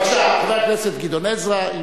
בבקשה, חבר הכנסת גדעון עזרא.